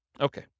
Okay